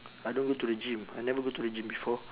I don't go to the gym I never go to the gym before